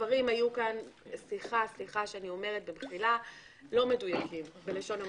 סליחה שאני אומרת הדברים לא מדויקים בלשון המעטה.